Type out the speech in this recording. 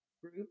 group